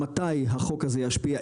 מתי החוק הזה ישפיע,